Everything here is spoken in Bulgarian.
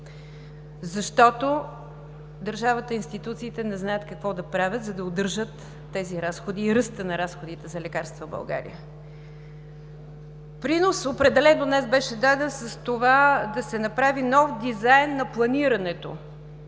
защото държавата и институциите не знаят какво да правят, за да удържат тези разходи и ръста на разходите на лекарства в България. Принос определено беше даден днес с това да се направи нов дизайн на планирането.